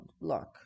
Block